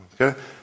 Okay